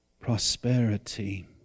Prosperity